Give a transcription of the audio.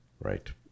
Right